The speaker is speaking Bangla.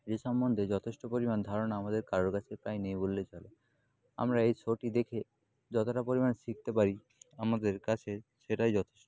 এই সম্বন্ধে যথেষ্ট পরিমাণ ধারণা আমাদের কারোর কাছকে প্রায় নেই বললেই চলে আমরা এই শোটি দেখে যতোটা পরিমাণ শিখতে পারি আমাদের কাছে সেটাই যথেষ্ট